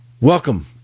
Welcome